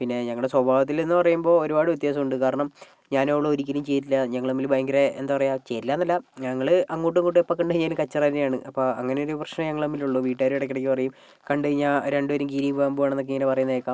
പിന്നെ ഞങ്ങളുടെ സ്വഭാവത്തിലെന്ന് പറയുമ്പോൾ ഒരുപാട് വ്യത്യാസമുണ്ട് കാരണം ഞാനും അവളും ഒരിക്കലും ചേരില്ല ഞങ്ങൾ തമ്മിൽ ഭയങ്കര എന്താ പറയുക ചേരില്ലയെന്നല്ല ഞങ്ങൾ അങ്ങോട്ടും മിങ്ങോട്ടും എപ്പോൾ കണ്ടു കഴിഞ്ഞാലും കച്ചറ തന്നെയാണ് അപ്പം അങ്ങനെയൊരു പ്രശ്നമേ ഞങ്ങൾ തമ്മിലുള്ള വീട്ടുകാരും ഇടയ്ക്കിടയ്ക്ക് പറയും കണ്ടു കഴിഞ്ഞാൽ രണ്ടുപേരും കീരിയും പാമ്പുമാണെന്നൊക്കെ ഇങ്ങനെ പറയുന്നതു കേൾക്കാം